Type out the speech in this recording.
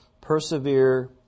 Persevere